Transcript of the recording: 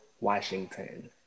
Washington